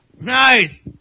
Nice